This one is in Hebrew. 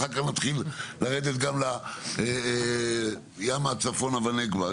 ואחר כך נתחיל לרדת ימה צפונה ונגבה.